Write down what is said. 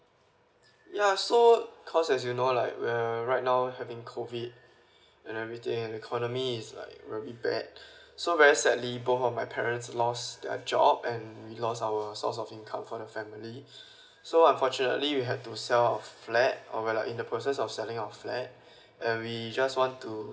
ya so cause as you know like we are right now having COVID and everything and the economies is like very bad so very sadly both of my parents lost their job and we lost our source of income for the family so unfortunately we have to sell our flat or we are like in the process of selling our flat and we just want to